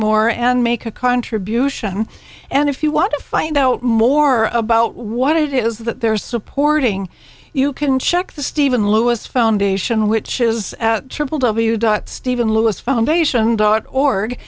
more and make a contribution and if you want to find out more about what it is that they're supporting you can check the stephen lewis foundation which is triple w dot stephen lewis foundation dot org